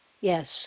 Yes